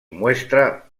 muestra